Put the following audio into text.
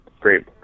Great